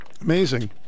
Amazing